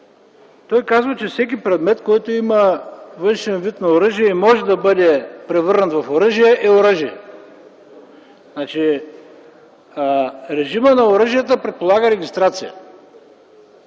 Той казва, че всеки предмет, който има външен вид на оръжие и може да бъде превърнат в оръжие, е оръжие. Режимът на оръжията предполага регистрация,